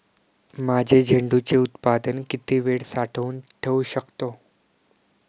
माझे झेंडूचे उत्पादन किती वेळ साठवून ठेवू शकतो?